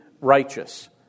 righteous